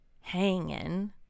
hanging